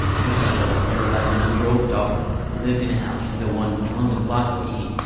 the couple and their eleven year old daughter lived in a house in the one thousand block of e.